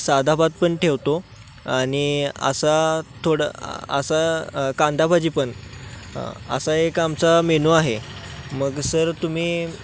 साधा भात पण ठेवतो आणि असा थोडं असा कांदाभाजी पण असा एक आमचा मेनू आहे मग सर तुम्ही